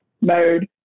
mode